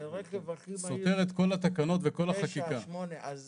ורכב הכי מהיר 9-8. אז